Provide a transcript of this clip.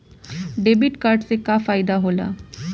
Debit card से का फायदा होई?